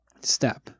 step